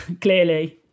clearly